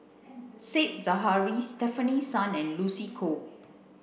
Said Zahari Stefanie Sun and Lucy Koh